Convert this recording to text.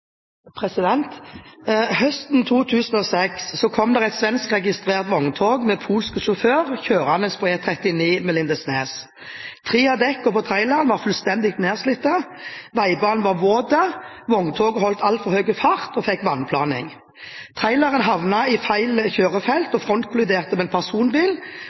på. Høsten 2006 kom et svenskregistrert vogntog med polsk sjåfør kjørende på E39 ved Lindesnes. Tre av dekkene på traileren var fullstendig nedslitte. Veibanen var våt, vogntoget holdt altfor høy fart og fikk vannplaning. Traileren havnet i feil kjørefelt og frontkolliderte med en personbil.